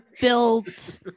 built